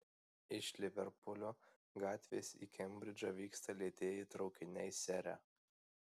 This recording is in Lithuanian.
iš liverpulio gatvės į kembridžą vyksta lėtieji traukiniai sere